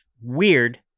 weird